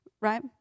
Right